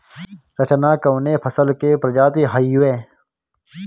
रचना कवने फसल के प्रजाति हयुए?